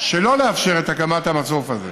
שלא לאפשר את הקמת המסוף הזה,